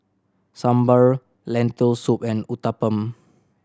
Sambar Lentil Soup and Uthapam